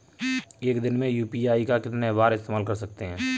एक दिन में यू.पी.आई का कितनी बार इस्तेमाल कर सकते हैं?